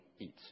eats